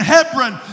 Hebron